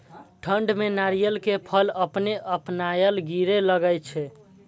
ठंड में नारियल के फल अपने अपनायल गिरे लगए छे?